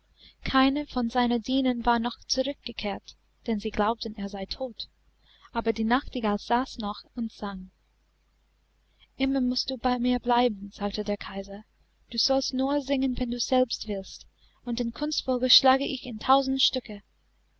keiner von seinen dienern war noch zurückgekehrt denn sie glaubten er sei tot aber die nachtigall saß noch und sang immer mußt du bei mir bleiben sagte der kaiser du sollst nur singen wenn du selbst willst und den kunstvogel schlage ich in tausend stücke